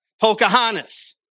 Pocahontas